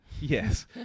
Yes